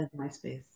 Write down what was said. MySpace